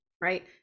right